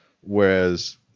whereas